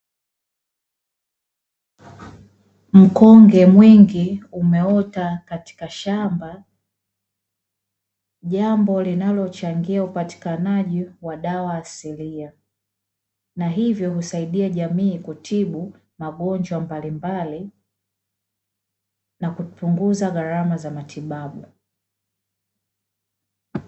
Mkonge mwingi umeota katika shamba, jambo linalochangia upatikanaji wa dawa asilia, na hivyo husaidia jamii kutibu magonjwa mbalimbali na kupunguza gharama za matibabu.